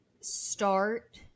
start